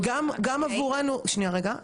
עבור עובדות סיעוד,